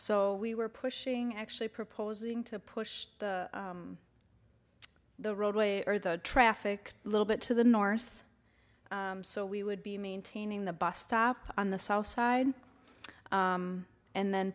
so we were pushing actually proposing to push the the roadway or the traffic little bit to the north so we would be maintaining the bus stop on the south side and then